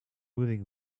moving